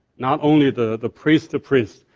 not only the the priests, the priests,